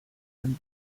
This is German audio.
ein